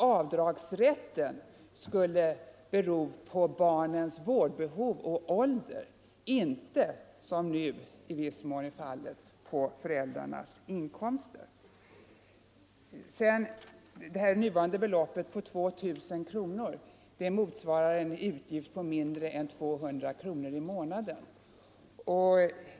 Avdragsrätten skulle nämligen bero på barnens vårdbehov och ålder, inte, som nu i viss mån är fallet, på föräldrarnas inkomster. Det nuvarande beloppet, 2 000 kronor, motsvarar en utgift på mindre än 200 kronor i månaden.